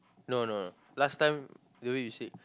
no no last time the way you said